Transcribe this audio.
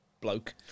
bloke